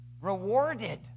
Rewarded